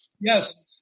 Yes